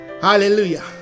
Hallelujah